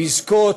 לזכות